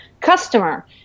customer